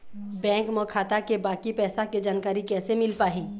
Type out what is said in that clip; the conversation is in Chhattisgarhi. बैंक म खाता के बाकी पैसा के जानकारी कैसे मिल पाही?